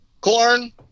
corn